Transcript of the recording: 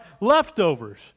leftovers